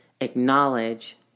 acknowledge